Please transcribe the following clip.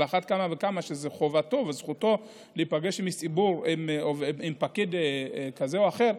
על אחת כמה וכמה שזו חובתו וזכותו להיפגש עם פקיד כזה או אחר.